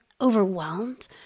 overwhelmed